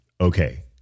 okay